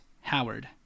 Howard